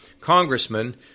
congressman